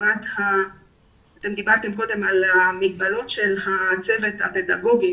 דיברתם קודם על מגבלות הצוות הפדגוגי,